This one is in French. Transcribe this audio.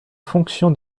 fonction